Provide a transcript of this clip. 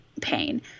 pain